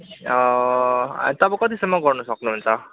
तपाईँ कतिसम्म गर्नु सक्नुहुन्छ